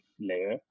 layer